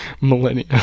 millennia